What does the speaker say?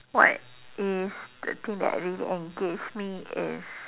what it is the thing that really engage me is